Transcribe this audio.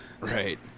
Right